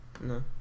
no